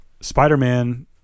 Spider-Man